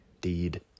deed